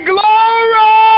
Glory